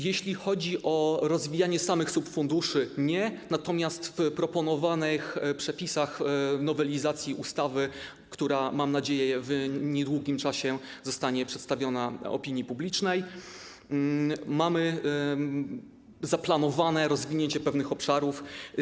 Jeśli chodzi o rozwijanie samych subfunduszy, to nie, natomiast w proponowanych przepisach nowelizacji ustawy, która w niedługim czasie, mam nadzieję, zostanie przedstawiona opinii publicznej, mamy zaplanowane rozwinięcie pewnych obszarów.